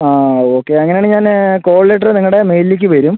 ആ ഓക്കെ അങ്ങനെ ആണെങ്കിൽ ഞാൻ കോൾ ലെറ്റർ നിങ്ങളുടെ മെയിലിലേക്ക് വരും